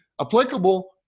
applicable